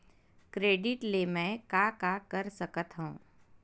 Credit ले मैं का का कर सकत हंव?